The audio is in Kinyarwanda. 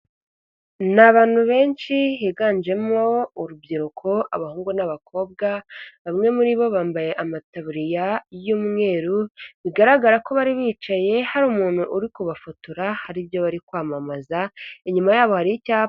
Ni abantu benshi higanjemo urubyiruko abahungu n'abakobwa, bamwe muri bo bambaye amataburiya y'umweru, bigaragara ko bari bicaye hari umuntu uri kubafotora, hari ibyo bari kwamamaza, inyuma yabo hari icyapa.